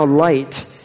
light